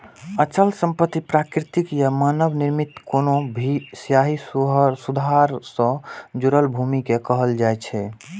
अचल संपत्ति प्राकृतिक या मानव निर्मित कोनो भी स्थायी सुधार सं जुड़ल भूमि कें कहल जाइ छै